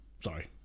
Sorry